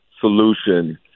solution